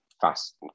fast